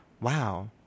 Wow